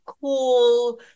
cool